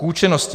K účinnosti.